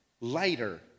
lighter